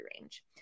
range